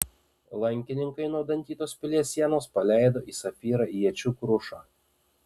lankininkai nuo dantytos pilies sienos paleido į safyrą iečių krušą